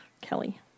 Kelly